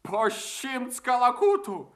po šimts kalakutų